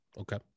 Okay